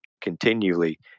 continually